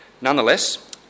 nonetheless